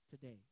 today